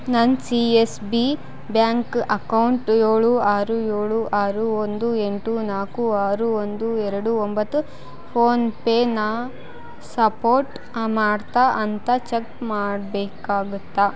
ನನ್ನ C S B bank account ಏಳು ಆರು ಏಳು ಆರು ಒಂದು ಎಂಟು ನಾಲ್ಕು ಆರು ಒಂದು ಎರಡು ಒಂಬತ್ತು ಫೋನ್ ಪೇನ ಸಪೋರ್ಟ್ ಮಾಡ್ತಾ ಅಂತ ಚೆಕ್ ಮಾಡ್ಬೇಕ್ಕಾಗುತ್ತಾ